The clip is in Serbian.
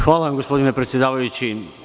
Hvala vam gospodine predsedavajući.